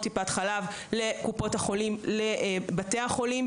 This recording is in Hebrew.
טיפת חלב לקופות החולים ובתי החולים,